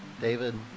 David